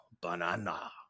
banana